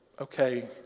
okay